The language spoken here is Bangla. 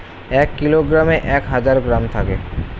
এক কিলোগ্রামে এক হাজার গ্রাম থাকে